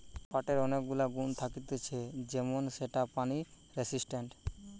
পাটের অনেক গুলা গুণা থাকতিছে যেমন সেটা পানি রেসিস্টেন্ট